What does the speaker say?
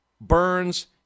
Burns